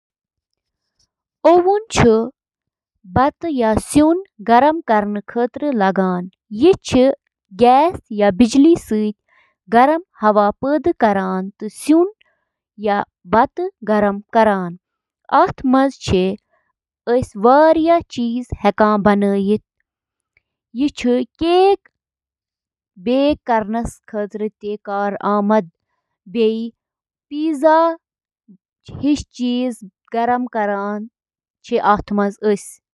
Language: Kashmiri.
اوون چھِ اکھ بند جاے یۄس گرم ماحولس سۭتۍ انٛدۍ پٔکۍ کھٮ۪ن رننہٕ خٲطرٕ گرمی ہُنٛد استعمال چھِ کران۔ اوون چُھ کھین پکنہٕ تہٕ نمی ہٹاونہٕ خٲطرٕ مُنٲسِب درجہ حرارت، نمی تہٕ گرمی ہُنٛد بہاؤ تہِ برقرار تھاوان۔